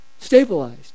stabilized